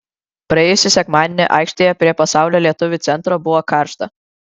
praėjusį sekmadienį aikštėje prie pasaulio lietuvių centro buvo karšta